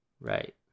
Right